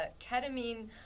Ketamine